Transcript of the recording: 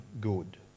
good